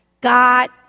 God